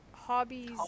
hobbies